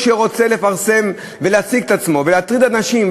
שרוצה לפרסם ולהציג את עצמו ולהטריד אנשים,